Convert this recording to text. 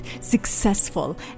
successful